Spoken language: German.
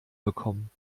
bekommen